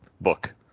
book